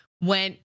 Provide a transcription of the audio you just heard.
went